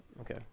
okay